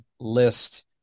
list